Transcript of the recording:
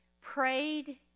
prayed